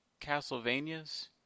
Castlevanias